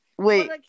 Wait